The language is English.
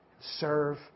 serve